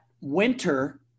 winter